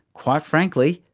quite frankly,